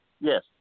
Yes